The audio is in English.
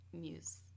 muse